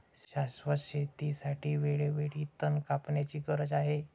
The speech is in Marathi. शाश्वत शेतीसाठी वेळोवेळी तण कापण्याची गरज आहे